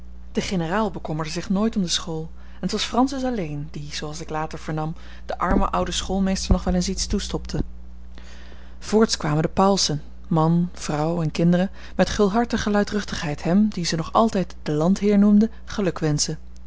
de generaal bekommerde zich nooit om de school en t was francis alleen die zooals ik later vernam den armen ouden schoolmeester nog wel eens iets toestopte voorts kwamen de pauwelsen man vrouw en kinderen met gulhartige luidruchtigheid hem dien ze nog altijd den landheer noemden